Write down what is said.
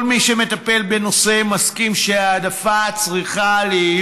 כל מי שמטפל בנושא מסכים שההעדפה צריכה להיות